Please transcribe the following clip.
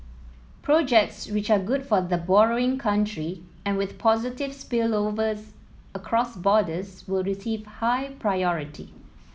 projects which are good for the borrowing country and with positive spillovers across borders will receive high priority